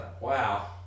Wow